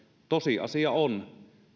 tosiasia on